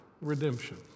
redemption